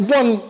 one